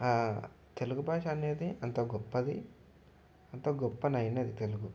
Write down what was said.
తెలుగు భాష అనేది అంత గొప్పది అంత గొప్పదైనది తెలుగు